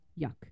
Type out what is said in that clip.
Yuck